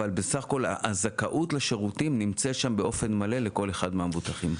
בסך הכול הזכאות לשירותים נמצאת שם באופן מלא לכל אחד מהמבוטחים.